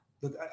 look